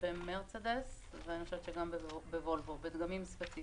מרצדס ואני חושבת שגם וולוו, בדגמים ספציפיים.